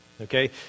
Okay